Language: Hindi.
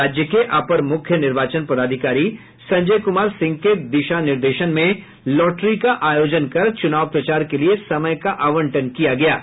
राज्य के अपर मुख्य निर्वाचन पदाधिकारी संजय कुमार सिंह के दिशा निर्देशन में लॉटरी का आयोजन कर चुनाव प्रचार के लिए समय का आवंटन किया गया है